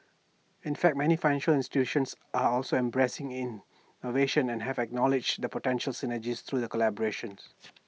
in fact many financial institutions are also embracing innovation and have acknowledged the potential synergies through collaboration